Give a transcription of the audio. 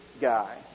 guy